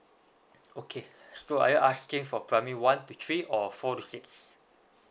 okay so are you asking for primary one to three or four to six